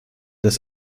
dass